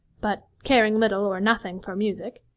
but, caring little or nothing for music,